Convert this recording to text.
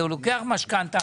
הוא לוקח משכנתה,